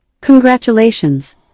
Congratulations